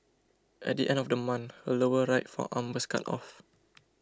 at the end of the month her lower right forearm was cut off